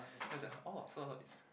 then I oh so is